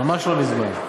ממש לא מזמן.